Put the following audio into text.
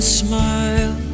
smile